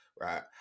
right